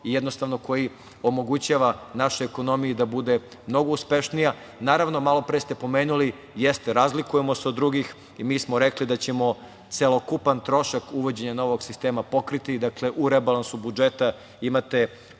i jednostavno koji omogućava našoj ekonomiji da bude mnogo uspešnija. Naravno, malo pre ste pomenuli, jeste, razlikujemo se od drugih i mi smo rekli da ćemo celokupan trošak uvođenja novog sistema pokriti. U rebalansu budžeta imate